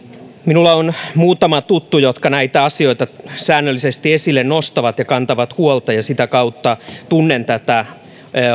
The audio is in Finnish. minulla on muutama tuttu jotka näitä asioita säännöllisesti esille nostavat ja kantavat niistä huolta ja sitä kautta tunnen tätä